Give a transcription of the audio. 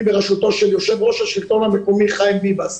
ברשותו של יושב ראש השלטון המקומי חיים ביבס.